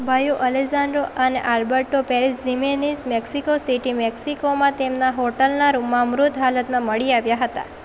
ભાઈઓ અલેઝાન્ડ્રો અને Alberto Perez Jimenez Mexico City મેક્સિકોમાં તેમના હોટલના રૂમમાં મૃત હાલતમાં મળી આવ્યા હતા